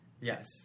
Yes